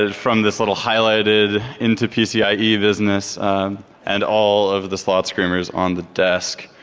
ah from this little highlighted into pcie business and all of the slotscreamers on the desk.